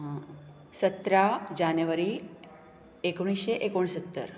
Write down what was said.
सतरा जानेवारी एकोणिशें एकोणसत्तर